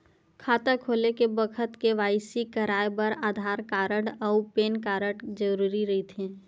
खाता खोले के बखत के.वाइ.सी कराये बर आधार कार्ड अउ पैन कार्ड जरुरी रहिथे